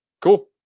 Cool